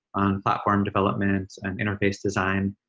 on platform development and interface design,